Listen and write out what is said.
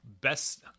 best